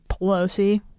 pelosi